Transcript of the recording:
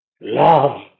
love